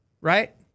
right